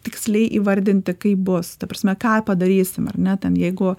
tiksliai įvardinti kaip bus ta prasme ką padarysim ar ne ten jeigu